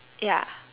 ya